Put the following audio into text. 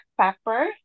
pepper